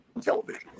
television